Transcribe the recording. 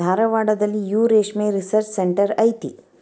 ಧಾರವಾಡದಲ್ಲಿಯೂ ರೇಶ್ಮೆ research centre ಐತಿ